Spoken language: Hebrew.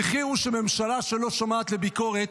המחיר הוא שממשלה שלא שומעת לביקורת,